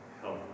help